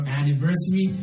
anniversary